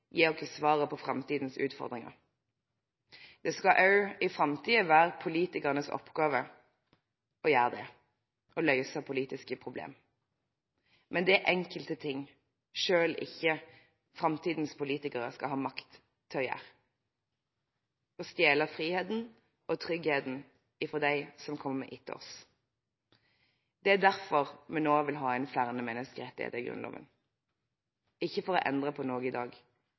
gi oss svaret på framtidens utfordringer. Det skal også i framtiden være politikernes oppgave å gjøre det – å løse politiske problemer. Men det er enkelte ting selv ikke framtidens politikere skal ha makt til å gjøre: å stjele friheten og tryggheten fra dem som kommer etter oss. Det er derfor vi nå vil ha inn flere menneskerettigheter i Grunnloven – ikke for å endre på noe i dag,